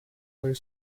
were